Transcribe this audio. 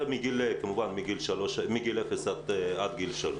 זה כמובן מגיל אפס עד גיל שלוש.